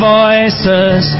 voices